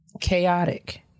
chaotic